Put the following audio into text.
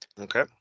okay